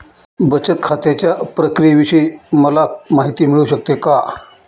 बचत खात्याच्या प्रक्रियेविषयी मला माहिती मिळू शकते का?